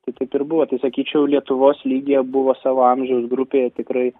tai taip ir buvo tai sakyčiau lietuvos lygyje buvo savo amžiaus grupėje tikrai